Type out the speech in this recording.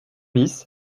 bis